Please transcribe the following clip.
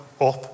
up